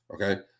Okay